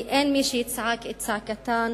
חברות וחברי הכנסת,